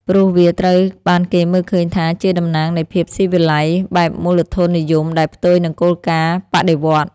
ព្រោះវាត្រូវបានគេមើលឃើញថាជាតំណាងនៃភាពស៊ីវិល័យបែបមូលធននិយមដែលផ្ទុយនឹងគោលការណ៍បដិវត្តន៍។